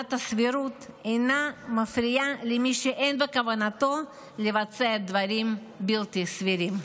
עילת הסבירות אינה מפריעה למי שאין בכוונתו לבצע דברים בלתי סבירים.